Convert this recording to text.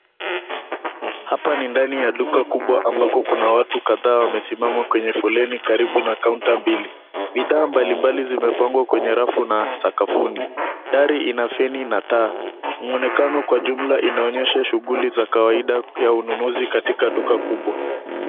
Hapa ni ndani ya duka kubwa ambapo kuna watu kadhaa wamesimama kwenye foleni karibu na counter mbili. Bidhaa mbalimbali zimepangwa kwenye rafu na sakafuni. Dari ina feni na taa. Mwonekano kwa jumla inaonyesha shughuli za kawaida za ununuzi katika duka huku.